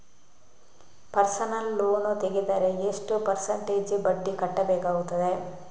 Personal loan ತೆಗೆದರೆ ಎಷ್ಟು percentage ಬಡ್ಡಿ ಕಟ್ಟಬೇಕಾಗುತ್ತದೆ?